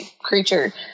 creature